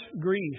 grief